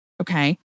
okay